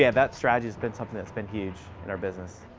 yeah that strategy has been something that's been huge in our business.